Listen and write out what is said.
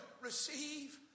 receive